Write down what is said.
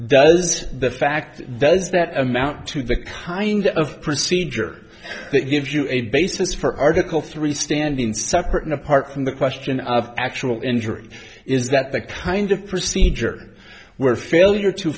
does the fact that does that amount to the kind of procedure that gives you a basis for article three standing separate and apart from the question of actual injury is that the kind of procedure where failure to